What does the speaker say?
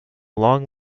long